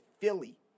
Philly